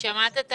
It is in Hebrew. שמעת את